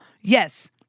Yes